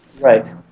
right